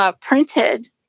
Printed